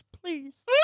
Please